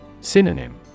Synonym